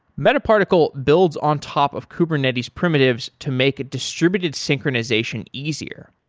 metaparticle builds on top of kubernetes primitives to make a distributed synchronization easier.